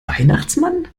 weihnachtsmann